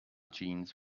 jeans